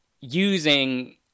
using